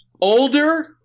Older